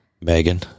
Megan